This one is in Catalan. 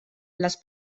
les